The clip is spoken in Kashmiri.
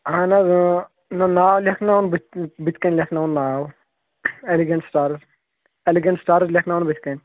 اَہَن حظ اۭں نہ ناو لیکھناوُن بٕتھِ بٕتھِ کَنہِ لیکھناوُن ناو سِٹارٕس اٮ۪لِگٮ۪ن سِٹارٕس لیکھناوُن بٕتھِ کَنہِ